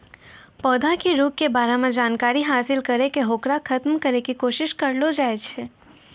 पौधा के रोग के बारे मॅ जानकारी हासिल करी क होकरा खत्म करै के कोशिश करलो जाय छै